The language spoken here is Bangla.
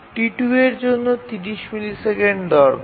T2 এর জন্য ৩০ মিলিসেকেন্ড দরকার